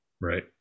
right